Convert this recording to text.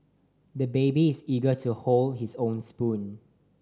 the baby is eager to hold his own spoon